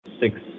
six